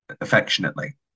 affectionately